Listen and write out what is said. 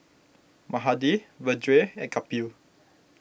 Mahade Vedre and Kapil